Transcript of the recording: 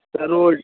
سر وہ